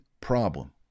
problem